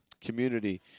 community